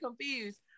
confused